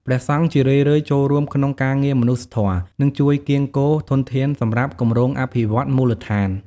ព្រះសង្ឃជារឿយៗចូលរួមក្នុងការងារមនុស្សធម៌ និងជួយកៀរគរធនធានសម្រាប់គម្រោងអភិវឌ្ឍន៍មូលដ្ឋាន។